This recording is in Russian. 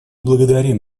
благодарим